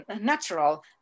natural